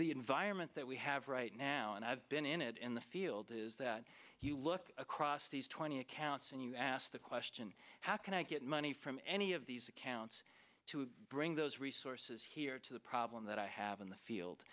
the environment that we have right now and i've been in it in the field is that you look across these twenty accounts and you ask the question how can i get money from any of these accounts to bring those resources here to the problem that i have in the field